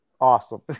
awesome